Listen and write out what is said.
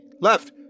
Left